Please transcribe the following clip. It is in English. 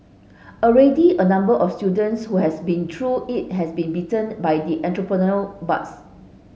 already a number of students who has been through it has been bitten by the entrepreneurial bugs